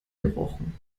gerochen